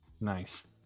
nice